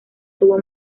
tuvo